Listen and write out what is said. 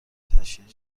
تشییع